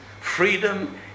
Freedom